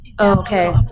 Okay